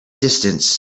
distance